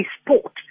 sport